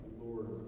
Lord